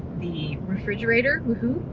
the refrigerator, woo hoo,